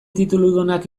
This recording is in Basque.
tituludunak